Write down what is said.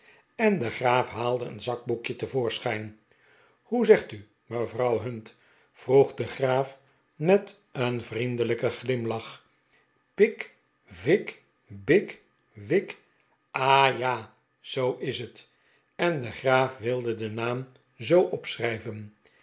en de graaf haalde een zakboekje te voorschijn hoe zegt u r mevrouw hunt vroeg de graaf met een vriendelijken glimlach pik vik bik wik ah ja zoo is net en de graaf wilde den naam zoo opschrijven